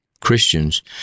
Christians